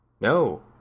No